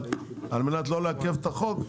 אבל על מנת לא לעכב את החוק,